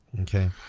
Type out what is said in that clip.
Okay